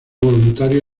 voluntario